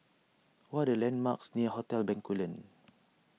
what the landmarks near Hotel Bencoolen